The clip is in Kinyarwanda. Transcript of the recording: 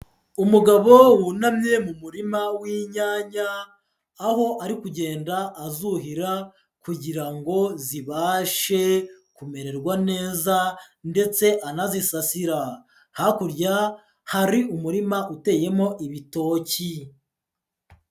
Umugabo wunamye mu murima w'inyanya, aho ari kugenda azuhira kugira zibashe kumererwa neza, ndetse anazisasira, hakurya hari umurima uteyemo ibitoki.